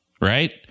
Right